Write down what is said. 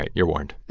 you're warned